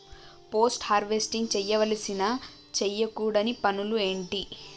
Post harvesting చేయవలసిన చేయకూడని పనులు ఏంటి?